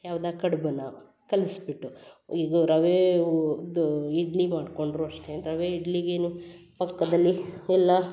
ಯಾವ್ದು ಆ ಕಡ್ಬುನಾ ಕಲ್ಸಿ ಬಿಟ್ಟು ಇದು ರವೆ ಇದು ಇಡ್ಲಿ ಮಾಡ್ಕೊಂಡರೂ ಅಷ್ಟೆ ರವೆ ಇಡ್ಲಿಗೇನು ಪಕ್ಕದಲ್ಲಿ ಎಲ್ಲ